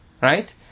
right